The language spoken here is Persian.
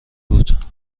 بود